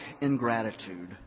ingratitude